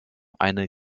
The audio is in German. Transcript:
eine